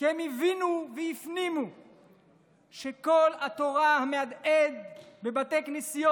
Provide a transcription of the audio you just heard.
כי הן הבינו והפנימו שקול התורה המהדהד בבתי כנסיות